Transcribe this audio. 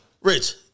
Rich